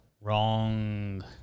Wrong